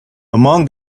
among